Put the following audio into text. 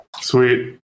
Sweet